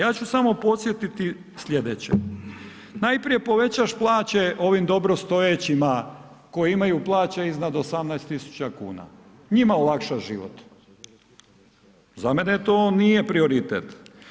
Ja ću samo podsjetiti sljedeće, najprije povećaš plaće ovim dobrostojećima koji imaju plaće iznad 18.000 kuna, njima olakšaš život, za mene to nije prioritet.